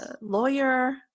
lawyer